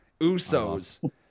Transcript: Usos